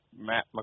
Matt